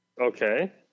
Okay